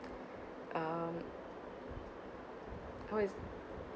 um what is